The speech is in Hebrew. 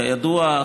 כידוע,